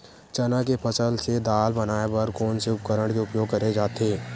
चना के फसल से दाल बनाये बर कोन से उपकरण के उपयोग करे जाथे?